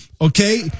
okay